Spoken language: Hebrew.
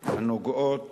הנוגעות